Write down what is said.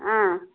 ஆ